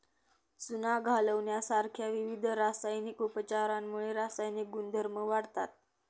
चुना घालण्यासारख्या विविध रासायनिक उपचारांमुळे रासायनिक गुणधर्म वाढतात